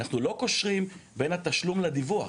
אנחנו לא קושרים בין התשלום לדיווח.